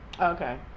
Okay